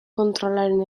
kontrolaren